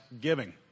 giving